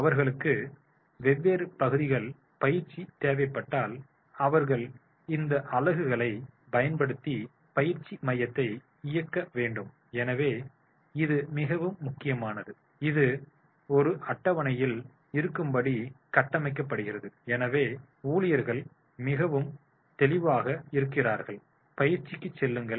அவர்களுக்கு வெவ்வேறு பகுதிகளில் பயிற்சி தேவைப்பட்டால் அவர்கள் இந்த அலகுகளைப் பயன்படுத்தி பயிற்சி மையத்தை இயக்க வேண்டும் எனவே இது மிகவும் முக்கியமானது இது ஒரு அட்டவணையில் இருக்கும்படி கட்டமைக்கப்படுகிறது எனவே ஊழியர்கள் மிகவும் தெளிவாக இருக்கிறார்கள் பயிற்சிக்கு செல்லுங்கள்